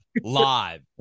live